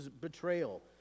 betrayal